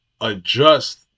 adjust